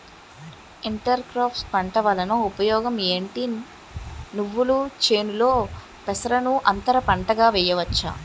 Inter crops పంట వలన ఉపయోగం ఏమిటి? నువ్వుల చేనులో పెసరను అంతర పంటగా వేయవచ్చా?